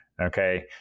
okay